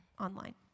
online